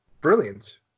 brilliant